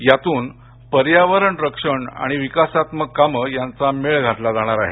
यातून पर्यावरणाचं रक्षण आणि विकासात्मक कामं यांचा मेळ घातला जाणार आहे